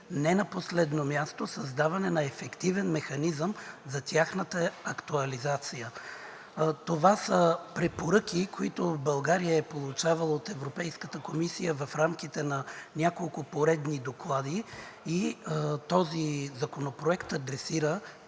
не на последно място, създаване на ефективен механизъм за тяхната актуализация. Това са препоръки, които България е получавала от Европейската комисия в рамките на няколко поредни доклада и този законопроект адресира